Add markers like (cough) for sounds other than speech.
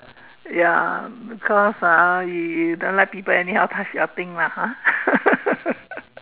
ya because ah you you don't like people anyhow touch your thing lah ha (laughs)